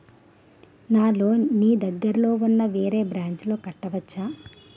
నా లోన్ నీ దగ్గర్లోని ఉన్న వేరే బ్రాంచ్ లో కట్టవచా?